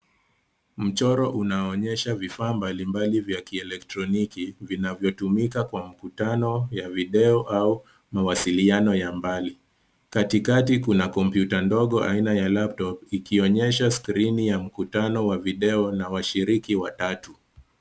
Mchoro unaonyesha vifaa mbali mbali vya kieletroniki, vinavyotumika kwa mkutano wa video au mawasiliano ya mbali. Katikati kuna kompyuta ndogo aina ya laptop , ikionyesha skirini ya mkutano wa video na washiriki watatu.